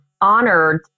honored